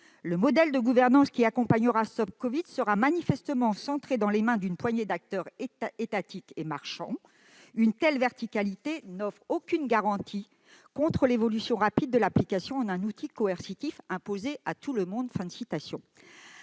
Le modèle de gouvernance qui accompagnera StopCovid sera manifestement concentré dans les mains d'une poignée d'acteurs étatiques et marchands. Une telle verticalité n'offre aucune garantie contre l'évolution rapide de l'application en un outil coercitif, imposé à tout le monde. »